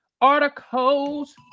articles